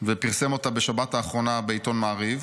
ופרסם אותה בשבת האחרונה בעיתון מעריב.